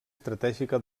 estratègica